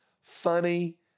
Funny